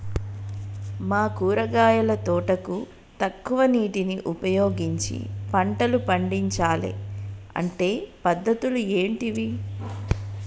మా కూరగాయల తోటకు తక్కువ నీటిని ఉపయోగించి పంటలు పండించాలే అంటే పద్ధతులు ఏంటివి?